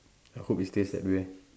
I hope it stays that way